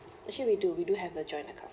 actually we do we do have a joint account